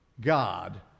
God